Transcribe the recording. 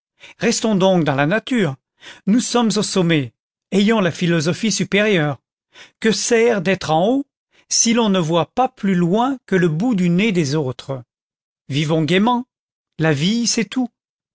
restons donc dans la nature nous sommes au sommet ayons la philosophie supérieure que sert d'être en haut si l'on ne voit pas plus loin que le bout du nez des autres vivons gaîment la vie c'est tout